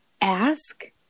Ask